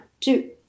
two